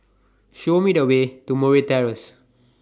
Show Me The Way to Murray Terrace